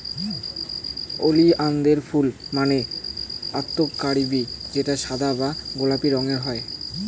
ওলিয়ানদের ফুল মানে অক্তকরবী যেটো সাদা বা গোলাপি রঙের হই